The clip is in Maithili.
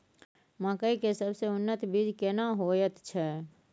मकई के सबसे उन्नत बीज केना होयत छै?